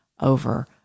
over